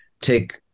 take